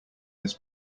this